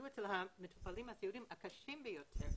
יהיו אצל המטופלים הסיעודיים הקשים ביותר,